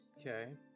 Okay